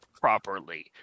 properly